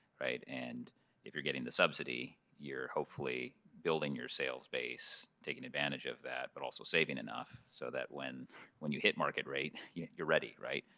right, and if you're getting the subsidy you're hopefully building your sales base, taking advantage of that but also saving enough so when when you hitt market rate yeah you're ready, right?